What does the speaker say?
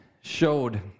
showed